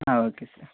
okay sir